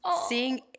seeing